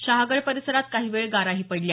शहागड परिसरात काही वेळ गाराही पडल्या